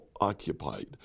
occupied